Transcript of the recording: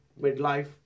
midlife